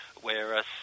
Whereas